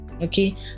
okay